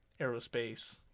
aerospace